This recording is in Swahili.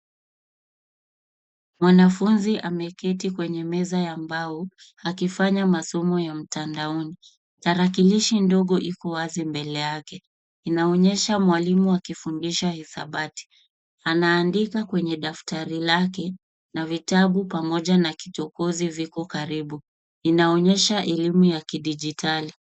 Mwanafunzi ameketi kwenye meza ya mbao, akifanya masomo ya mtandaoni. Tarakilishi ndogo iko wazi mbele yake. Inaonyesha mwalimu akifundisha hisabati. Anaandika kwenye daftari lake, na vitabu pamoja na kichokozi viko karibu. Inaonyesha elimu ya kidijitali.